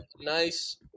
nice